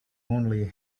only